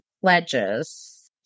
pledges